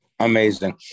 Amazing